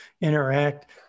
interact